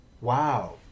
Wow